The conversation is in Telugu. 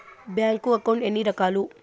బ్యాంకు అకౌంట్ ఎన్ని రకాలు